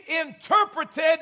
interpreted